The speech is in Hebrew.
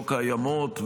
לא קיימות.